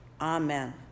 Amen